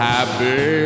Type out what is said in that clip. Happy